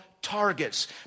Targets